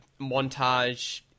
montage